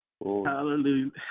Hallelujah